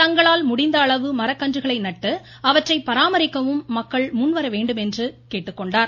தங்களால் முடிந்த அளவு மரக்கன்றுகளை நட்டு அவற்றை பராமரிக்கவும் மக்கள் முன்வர வேண்டும் என்று பிரதமர் கேட்டுக்கொண்டார்